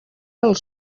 els